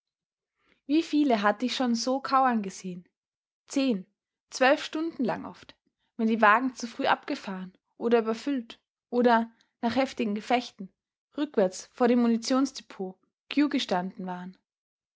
wie viele hatte ich schon so kauern gesehen zehn zwölf stunden lang oft wenn die wagen zu früh abgefahren oder überfüllt oder nach heftigen gefechten rückwärts vor dem munitionsdepot queue gestanden waren